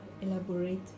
elaborate